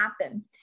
happen